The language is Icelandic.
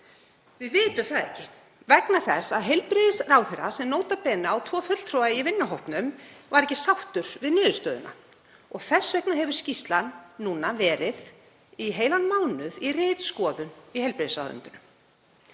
Við vitum það ekki vegna þess að heilbrigðisráðherra, sem nota bene á tvo fulltrúa í vinnuhópnum, var ekki sáttur við niðurstöðuna. Þess vegna hefur skýrslan núna verið í heilan mánuð í ritskoðun í heilbrigðisráðuneytinu.